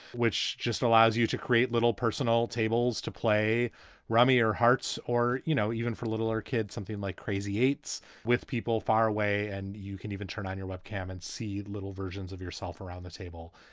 which just allows you to create little personal tables to play rummy or hearts or, you know, even for littler kids, something like crazy eights with people far away. and you can even turn on your webcam and see the little versions of yourself around the table.